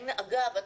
אגב,